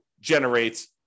generate